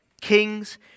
kings